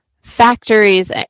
factories